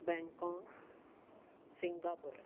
Bangkok Singapore